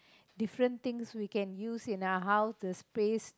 different things we can use in our house the space